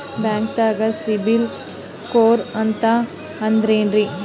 ಬ್ಯಾಂಕ್ದಾಗ ಸಿಬಿಲ್ ಸ್ಕೋರ್ ಅಂತ ಅಂದ್ರೆ ಏನ್ರೀ?